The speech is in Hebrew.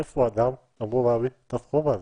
מאיפה אדם אמור להביא את הסכום הזה?